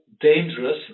dangerous